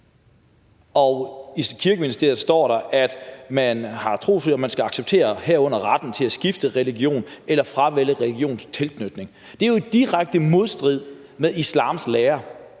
retningslinjer står der, at man har trosfrihed, herunder at man skal acceptere retten til at skifte religion eller til at fravælge religiøs tilknytning. Det er jo i direkte modstrid med islams lære.